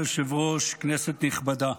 אדוני היושב-ראש, כנסת נכבדה,